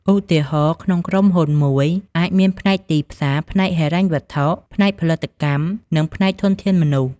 ឧទាហរណ៍ ក្នុងក្រុមហ៊ុនមួយអាចមានផ្នែកទីផ្សារ ផ្នែកហិរញ្ញវត្ថុ ផ្នែកផលិតកម្ម និងផ្នែកធនធានមនុស្ស។